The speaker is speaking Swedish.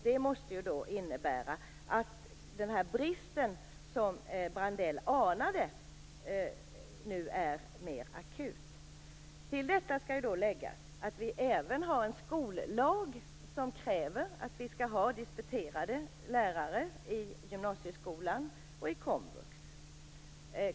Det måste ju innebära att den brist som Brandell anade nu är mer akut. Till detta skall ju läggas att vi även har en skollag som kräver att vi skall ha disputerade lärare i gymnasieskolan och i komvux.